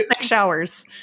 showers